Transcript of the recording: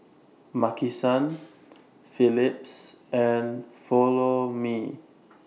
Maki San Phillips and Follow Me